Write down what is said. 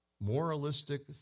Moralistic